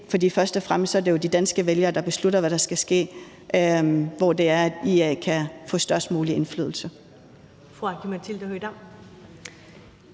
først og fremmest er det de danske vælgere, der beslutter, hvad der skal ske, og hvor IA kan få størst mulig indflydelse.